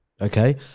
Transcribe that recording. Okay